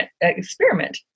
experiment